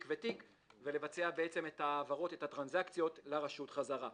ותיק ולבצע את ההעברות לרשות חזרה.